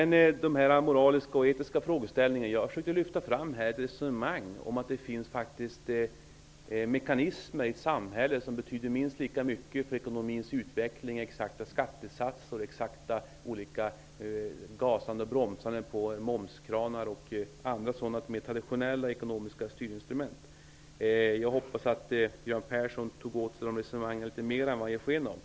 När det gäller de moraliska och etiska frågeställningarna försökte jag lyfta fram ett resonemang om att det faktiskt finns mekanismer i ett samhälle som betyder minst lika mycket för ekonomins utveckling som exakta skattesatser, att gasa och bromsa på momskranar och andra sådana mer traditionella ekonomiska styrinstrument. Jag hoppas att Göran Persson tog åt sig mer av de resonemangen än vad han gör sken av.